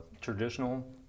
traditional